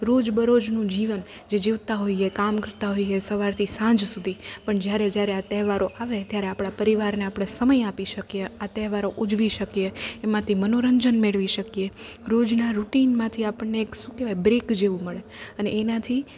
રોજ બરોજનું જીવન જે જીવતા હોઈએ કામ કરતા હોઈએ સવારથી સાંજ સુધી પણ જ્યારે જ્યારે આ તહેવારો આવે ત્યારે આપણા પરિવારને આપણે સમય આપી શકીએ આ તહેવારો ઉજવી શકીએ એમાંથી મનોરંજન મેળવી શકીએ રોજનાં રૂટિનમાંથી આપણને એક શું કહેવાય બ્રેક જેવું મળે અને એનાથી